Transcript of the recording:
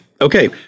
okay